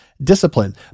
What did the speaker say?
Discipline